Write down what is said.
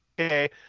okay